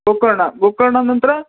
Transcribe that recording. ಗೋಕರ್ಣ ಗೋಕರ್ಣ ನಂತರ